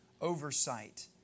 oversight